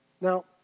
Now